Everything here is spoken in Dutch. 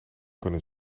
kunnen